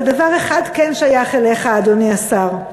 אבל דבר אחד כן שייך אליך, אדוני השר,